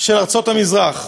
של ארצות המזרח.